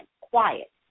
Quiet